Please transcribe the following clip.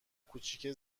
کوچیکه